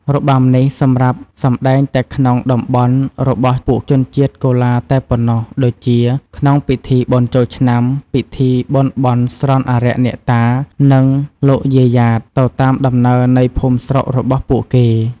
របាំនេះ សម្រាប់សម្តែងតែក្នុងតំបន់របស់ពួកជនជាតិកូឡាតែប៉ុណ្ណោះដូចជា ក្នុងពិធីបុណ្យចូលឆ្នាំ ពិធីបុណ្យបន់ស្រន់អារក្ស អ្នកតា និងលោកយាយយ៉ាត ទៅតាមដំណើរនៃភូមិស្រុករបស់ពួកគេ។